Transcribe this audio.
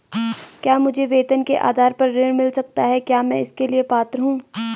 क्या मुझे वेतन के आधार पर ऋण मिल सकता है क्या मैं इसके लिए पात्र हूँ?